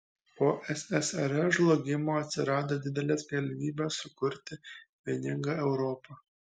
po ssrs žlugimo atsirado didelės galimybės sukurti vieningą europą